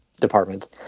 department